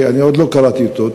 עוד לא קראתי אותו,